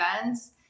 events